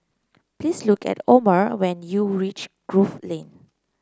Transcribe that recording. please look at Omer when you reach Grove Lane